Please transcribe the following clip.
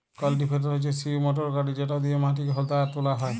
cultivator হচ্যে সিই motor গাড়ি যেটা দিয়েক মাটি হুদা আর তোলা হয়